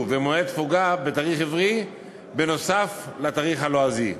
ומועד תפוגה בתאריך עברי נוסף על התאריך הלועזי.